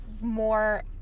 more